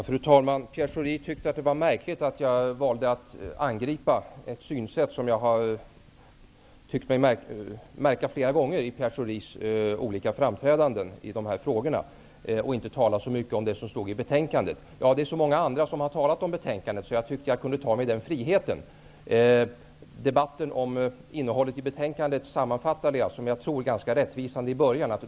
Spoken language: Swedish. Fru talman! Pierre Schori tycker att det är konstigt att jag valde att angripa ett synsätt som jag har tyckt mig märka flera gånger i Pierre Schoris olika framträdanden i dessa frågor och att jag inte talade så mycket om det som står i betänkandet. Det är så många andra som har talat om betänkandet att jag tyckte att jag kunde ta mig den friheten. Debatten om innehållet i betänkandet sammanfattade jag, som jag tror, ganska rättvisande i början.